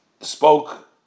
spoke